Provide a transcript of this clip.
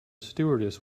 stewardess